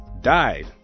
died